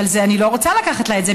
אבל אני לא רוצה לקחת לה את זה.